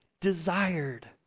desired